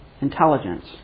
intelligence